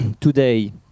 today